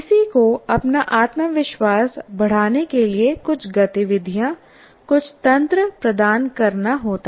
किसी को अपना आत्मविश्वास बढ़ाने के लिए कुछ गतिविधियां कुछ तंत्र प्रदान करना होता है